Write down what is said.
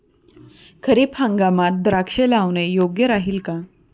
खरीप हंगामात द्राक्षे लावणे योग्य राहिल का?